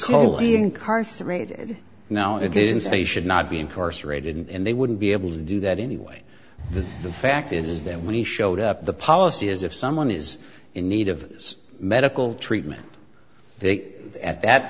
slowly incarcerated now it is in say should not be incarcerated and they wouldn't be able to do that anyway the the fact is that when he showed up the policy is if someone is in need of medical treatment they at that